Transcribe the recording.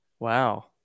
Wow